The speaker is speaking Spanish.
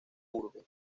urbe